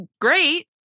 great